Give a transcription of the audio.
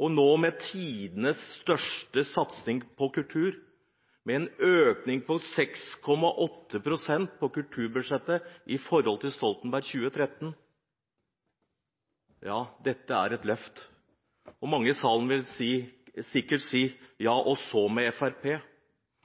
Nå har vi tidenes største satsing på kultur, med en økning på 6,8 pst. i forhold til Stoltenberg-regjeringens kulturbudsjett for 2013 – ja, dette er et løft. Mange i salen vil sikkert si: Ja – og så med